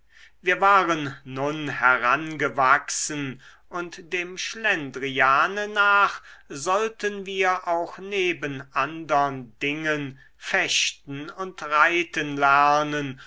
wir waren nun herangewachsen und dem schlendriane nach sollten wir auch neben andern dingen fechten und reiten lernen